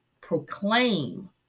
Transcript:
proclaim